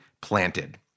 planted